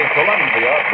Columbia